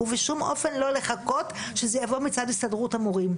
ובשום אופן לא לחכות שזה יבוא מצד הסתדרות המורים.